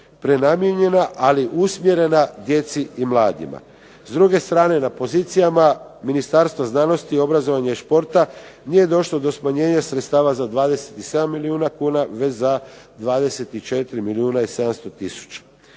prenamijenjena, ali usmjerena djeci i mladima. S druge strane na pozicijama Ministarstva znanosti, obrazovanja i športa nije došlo do smanjenja sredstva za 27 milijuna kuna, već za 24 milijuna i 700 tisuća.